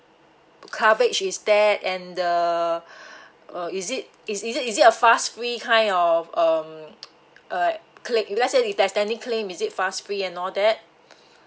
coverage is that and the uh is it is it is it a fuss free kind of um uh claim let say if there's any claim is it fast free and all that